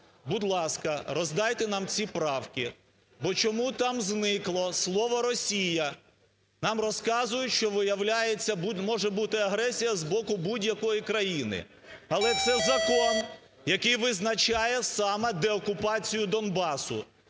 Будь ласка, роздайте нам ці правки, бо чому там зникло слово "Росія"? Нам розказують, що, виявляється, може бути агресія з боку будь-якої країни. Але це закон, який визначає саме деокупацію Донбасу.